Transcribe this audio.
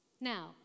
Now